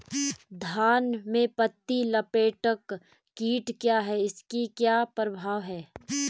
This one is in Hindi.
धान में पत्ती लपेटक कीट क्या है इसके क्या प्रभाव हैं?